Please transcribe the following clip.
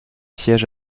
siège